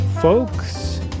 folks